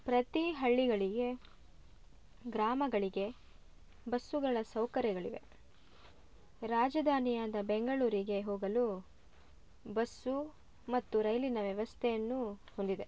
ಪ್ರತಿ ಹಳ್ಳಿಗಳಿಗೆ ಗ್ರಾಮಗಳಿಗೆ ಬಸ್ಸುಗಳ ಸೌಕರ್ಯಗಳಿವೆ ರಾಜಧಾನಿಯಾದ ಬೆಂಗಳೂರಿಗೆ ಹೋಗಲು ಬಸ್ಸು ಮತ್ತು ರೈಲಿನ ವ್ಯವಸ್ಥೆಯನ್ನೂ ಹೊಂದಿದೆ